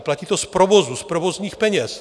Platí to z provozu, z provozních peněz?